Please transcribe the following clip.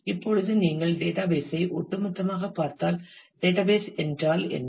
இப்பொழுது நீங்கள் டேட்டாபேஸ் ஐ ஒட்டுமொத்தமாகப் பார்த்தால் டேட்டாபேஸ் என்றால் என்ன